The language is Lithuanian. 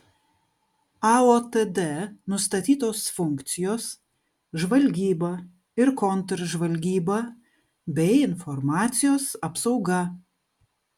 aotd nustatytos funkcijos žvalgyba ir kontržvalgyba bei informacijos apsauga